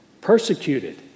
Persecuted